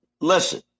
listen